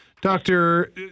Doctor